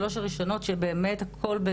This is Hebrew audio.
שלוש הראשונות שבאמת הכול,